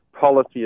policy